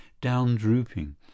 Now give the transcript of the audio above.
down-drooping